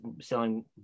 selling